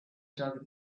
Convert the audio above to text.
target